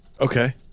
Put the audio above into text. Okay